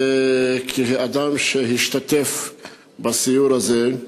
כאדם שהשתתף בסיור הזה,